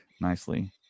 nicely